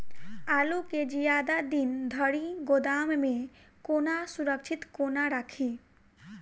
आलु केँ जियादा दिन धरि गोदाम मे कोना सुरक्षित कोना राखि?